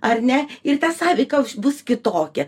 ar ne ir ta sąveika bus kitokia